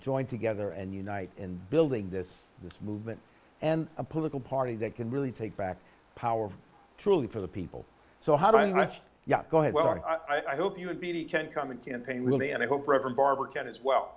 join together and unite in building this this movement and a political party that can really take back power truly for the people so how do you go ahead well i hope you can come and campaign really and i hope reverend barber can as well